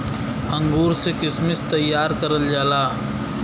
अंगूर से किशमिश तइयार करल जाला